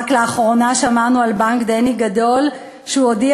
רק לאחרונה שמענו על בנק דני גדול שהודיע